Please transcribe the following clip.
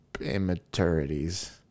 Immaturities